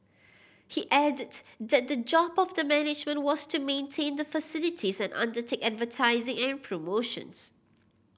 he added that the job of the management was to maintain the facilities and undertake advertising and promotions